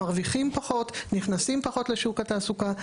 מרוויחים פחות, נכנסים פחות לשוק התעסוקה.